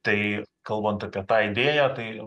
tai kalbant apie tą idėją tai